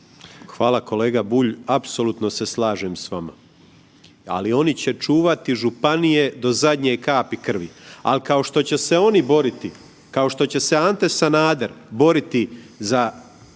Hvala kolega Bulj, apsolutno se slažem s vama, ali oni će čuvati županije do zadnje kapi krvi. Al kao što će se oni boriti, kao što će se Ante Sanader boriti za